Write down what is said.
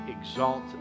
exalt